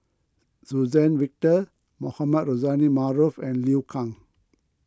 Suzann Victor Mohamed Rozani Maarof and Liu Kang